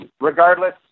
regardless